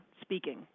speaking